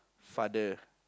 father